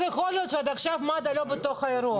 יכול להיות שעד עכשיו מד"א לא בתוך האירוע?